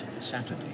Saturday